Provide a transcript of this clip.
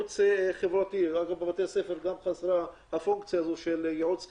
בבתי הספר חסרה הפונקציה של ייעוץ חינוכי.